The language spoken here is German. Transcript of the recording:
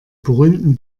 berühmten